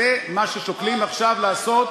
זה מה ששוקלים עכשיו לעשות